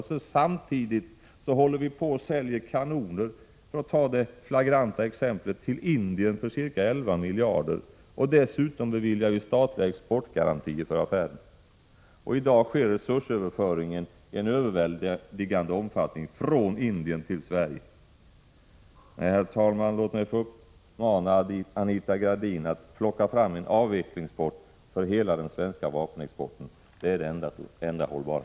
samtidigt som vi säljer kanoner — för att ta detta flagranta exempel — till Indien för ca 11 miljarder. Dessutom beviljar vi statliga exportgarantier för affären. I dag sker resursöverföring i en överväldigande omfattning från Indien till Sverige. Nej, herr talman, låt mig få uppmana Anita Gradin att plocka fram en avvecklingsplan för hela den svenska vapenexporten — det är det enda hållbara.